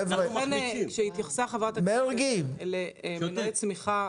כשהתייחסה חברת הכנסת למנועי צמיחה